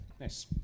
nice